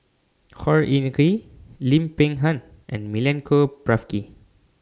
Khor Ean Ghee Lim Peng Han and Milenko Prvacki